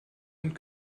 und